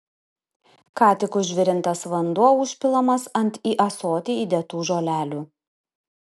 ką tik užvirintas vanduo užpilamas ant į ąsotį įdėtų žolelių